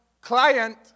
client